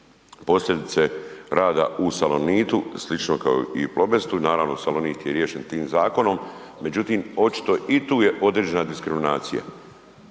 posljedice rada u Salonitu, slično kao i u Plobestu, naravno Salonit je riješen tim zakonom, međutim, očito i tu je određena diskriminacija.